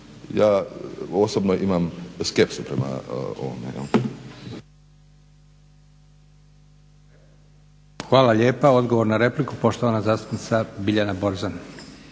Ja osobno imam skepsu prema ovome. **Leko, Josip (SDP)** Hvala lijepa. Odgovor na repliku, poštovana zastupnica Biljana Borzan.